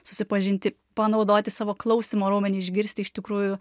susipažinti panaudoti savo klausymo raumenį išgirsti iš tikrųjų